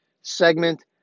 segment